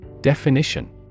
Definition